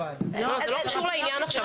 זה לא קשור לעניין עכשיו.